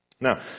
Now